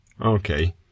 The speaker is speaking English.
Okay